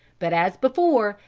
but, as before,